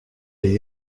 les